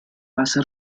hace